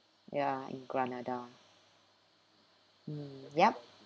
ya in granada mm yup